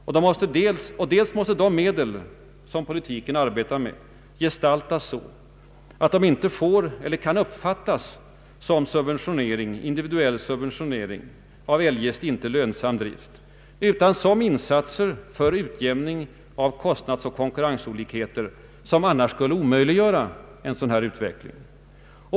Vidare måste de medel varmed politiken arbetar gestaltas så att de inte får eller kan uppfattas som individuell subventionering av eljest inte lönsam drift, utan som insatser för utjämning av kostnadsoch konkurrensolikheter som annars skulle omöjliggöra en sådan utveckling.